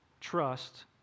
trust